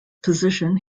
position